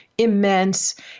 Immense